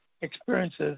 experiences